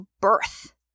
birth